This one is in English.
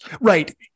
Right